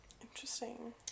Interesting